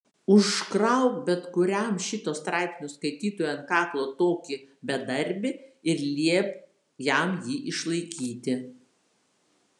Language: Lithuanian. užkrauk bet kuriam šito straipsnio skaitytojui ant kaklo tokį bedarbį ir liepk jam jį išlaikyti